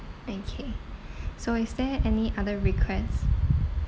okay so is there any other request